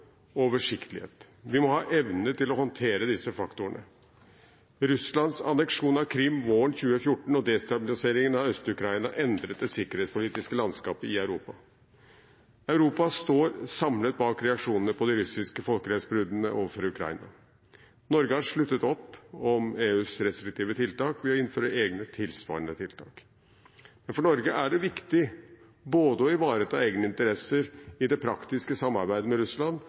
oversiktlighet. Vi må ha evne til å håndtere disse faktorene. Russlands anneksjon av Krim våren 2014 og destabiliseringen av Øst-Ukraina endret det sikkerhetspolitiske landskapet i Europa. Europa står samlet bak reaksjonene på de russiske folkerettsbruddene overfor Ukraina. Norge har sluttet opp om EUs restriktive tiltak ved å innføre egne, tilsvarende tiltak. Men for Norge er det viktig både å ivareta egne interesser i det praktiske samarbeidet med Russland